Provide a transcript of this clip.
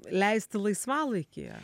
leisti laisvalaikį